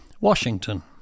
Washington